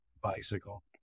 bicycle